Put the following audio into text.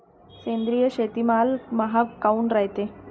सेंद्रिय शेतीमाल महाग काऊन रायते?